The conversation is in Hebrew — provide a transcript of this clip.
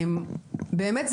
באמת,